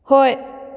ꯍꯣꯏ